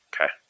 Okay